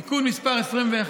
תיקון מס' 21,